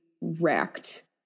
wrecked